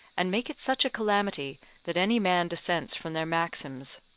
and make it such a calamity that any man dissents from their maxims.